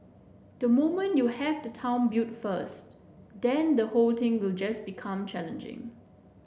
the moment you have the town built first then the whole thing will just become challenging